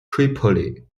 tripoli